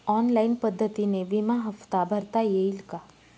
Online पद्धतीने विमा हफ्ता भरता येईल का?